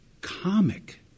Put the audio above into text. comic